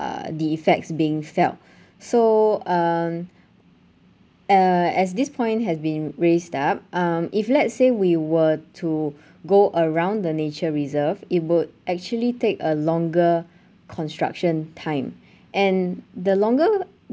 the effects being felt so um uh as this point has been raised up um if let's say we were to go around the nature reserve it would actually take a longer construction time and the longer